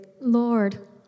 Lord